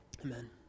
Amen